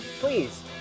please